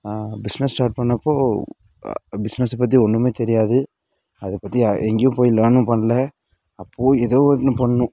நான் business start பண்ணப்போ பிசினஸப் பற்றி ஒன்றுமே தெரியாது அதைப் பற்றி யா எங்கேயும் போய் லேர்னும் பண்ணல அப்போ எதோ ஒரு இது பண்ணணும்